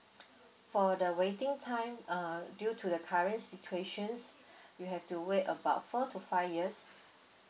for the waiting time uh due to the current situation you have to wait about four to five years